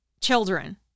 children